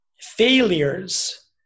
failures